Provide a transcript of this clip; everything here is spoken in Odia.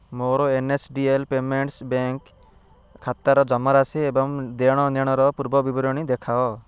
ମୋର N S D L payments bank ଖାତାର ଜମାରାଶି ଏବଂ ଦେଣନେଣର ପୂର୍ବ ବିବରଣୀ ଦେଖାଅ